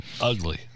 Ugly